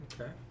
Okay